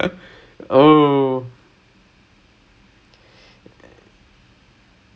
and I'm just like I'm just like oh my god I can't keep up with this facade